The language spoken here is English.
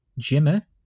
Jimmer